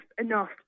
enough